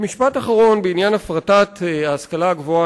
במשפט אחרון בעניין הפרטת ההשכלה הגבוהה,